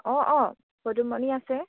অঁ অঁ পদুমণি আছে